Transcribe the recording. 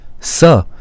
Sir